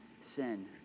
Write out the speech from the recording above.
sin